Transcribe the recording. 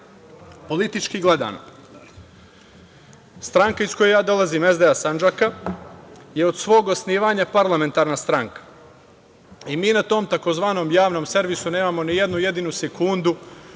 politički gledano stranka iz koje dolazim SDA Sandžaka je od svog osnivanja parlamentarna stranka. Mi na tom tzv. javnom servisu nemamo nijednu jedinu sekundu